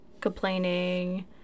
complaining